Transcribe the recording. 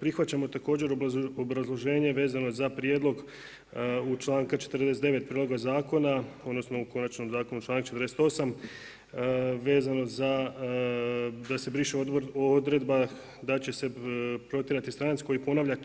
Prihvaćamo također obrazloženje vezano za prijedlog u članak 49. prijedloga zakona, odnosno u konačnom zakonu članak 48. vezano za da se briše odredba, da će se protjerati stranac koji ponavlja